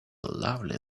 lovely